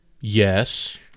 Yes